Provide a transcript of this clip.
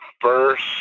first